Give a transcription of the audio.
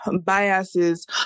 biases